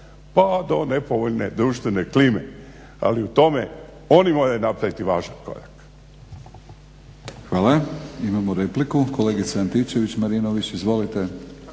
pa do nepovoljne društvene klime, ali u tome oni moraju napraviti važan korak.